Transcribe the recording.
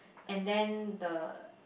and then the